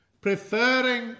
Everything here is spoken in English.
preferring